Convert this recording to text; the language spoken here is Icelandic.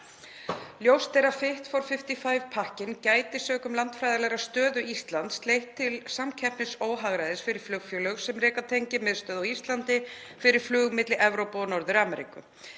Ljóst er að Fit for 55-pakkinn gæti, sökum landfræðilegrar stöðu Íslands, leitt til samkeppnislegs óhagræðis fyrir flugfélög sem reka tengimiðstöð á Íslandi fyrir flug milli Evrópu og Norður-Ameríku.